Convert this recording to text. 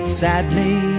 sadly